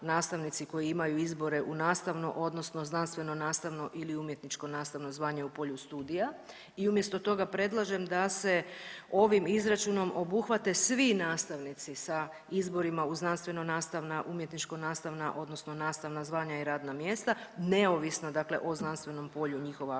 koji imaju izbore u nastavno odnosno znanstveno nastavno ili umjetničko nastavno zvanje u polju studija i umjesto toga predlažem da se ovim izračunom obuhvate svi nastavnici sa izborima u znanstveno nastavna, umjetničko nastavna odnosno nastavna zvanja i radna mjesta neovisno dakle o znanstvenom polju njihova akademskog